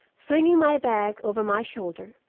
slinging my bag over my shoulder,